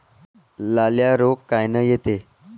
लाल्या रोग कायनं येते?